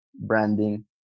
branding